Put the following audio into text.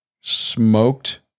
smoked